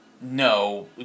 no